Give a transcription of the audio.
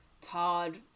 Todd